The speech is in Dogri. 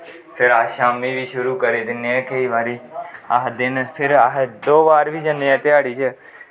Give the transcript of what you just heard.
ते फिर अस शाम्मी बी करी दिन्नें केंई बारी फिर अस दो बार बी जन्ने ऐं ध्याड़ी च